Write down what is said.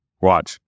watch